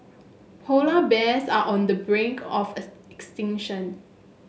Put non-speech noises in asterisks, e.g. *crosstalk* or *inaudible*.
polar bears are on the brink of *unintelligible* extinction